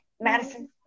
Madison